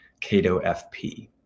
CatoFP